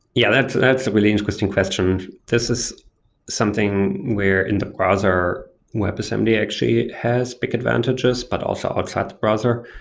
yeah. that's that's a really interesting question. this is something where in the browser webassembly actually has big advantages, but also outside the browser.